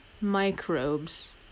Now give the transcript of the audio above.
microbes